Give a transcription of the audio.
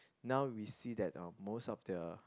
now we see that uh most of the